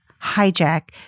hijack